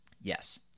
Yes